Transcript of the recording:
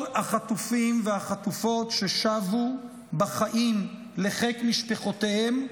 כל החטופים והחטופות ששבו בחיים לחיק משפחותיהם,